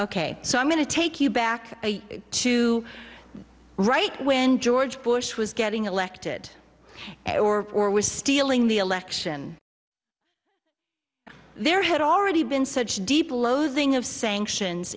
ok so i'm going to take you back to right when george bush was getting elected or or was stealing the election there had already been such deep loathing of sanctions